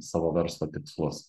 savo verslo tikslus